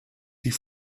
die